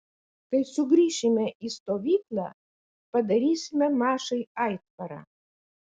kai sugrįšime į stovyklą padarysime mašai aitvarą